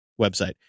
website